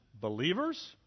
believers